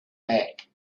back